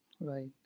Right